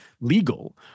legal